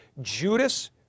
Judas